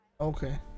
Okay